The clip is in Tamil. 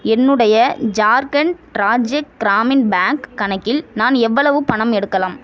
என்னுடைய ஜார்க்கண்ட் ராஜ்ய கிராமின் பேங்க் கணக்கில் நான் எவ்வளவு பணம் எடுக்கலாம்